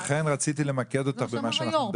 לכן רציתי למקד אותך על מה שאנחנו מדברים.